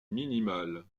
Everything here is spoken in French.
minimale